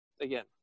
again